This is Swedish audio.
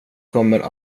kommer